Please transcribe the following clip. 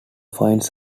finds